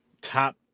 top